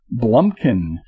Blumkin